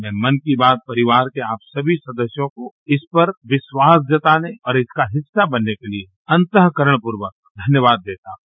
मैं मन की बात परिवार के आप सभी सदस्यों को इस पर विख्वास जताने और इसका हिस्सा बनने के लिए अन्तरूकरणपूर्वक धन्यवाद देता हूं